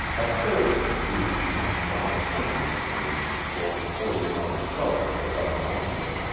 a third, being camped on a hunting expedition full forty miles south of the white mountains,